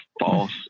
false